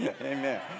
Amen